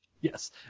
yes